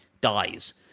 dies